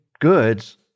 goods